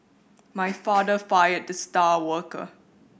my father fired the star worker